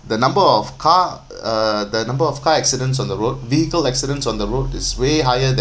the number of car uh the number of car accidents on the road vehicle accidents on the road is way higher than